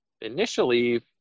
initially